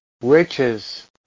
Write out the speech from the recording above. riches